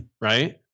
Right